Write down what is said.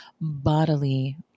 bodily